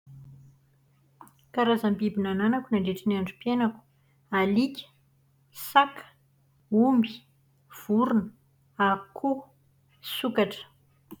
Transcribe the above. Karazam-biby nananako nandritran'ny androm-piainako. Alika, saka, omby, vorona, akoho, sokatra.